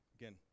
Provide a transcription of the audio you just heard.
Again